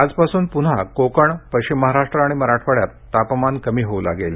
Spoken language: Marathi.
आजपासून पुन्हा कोकण पश्चिम महाराष्ट्र आणि मराठवाड्यात तापमान कमी होऊ लागेल